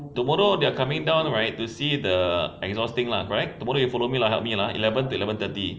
tomorrow they are coming down right to see the exhaust thing lah correct tomorrow you follow me lah help me eleven to eleven thirty